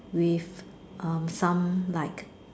with um some like